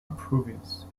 province